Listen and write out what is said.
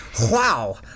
wow